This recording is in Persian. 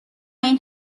این